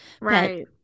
Right